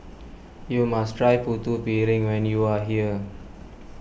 you must try Putu Piring when you are here